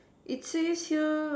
it says here